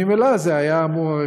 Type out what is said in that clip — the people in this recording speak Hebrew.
ממילא זה היה אמור,